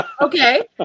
Okay